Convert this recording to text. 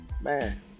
man